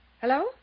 Hello